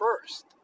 first